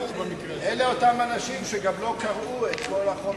אלה אותם אנשים שגם לא קראו את כל החומר.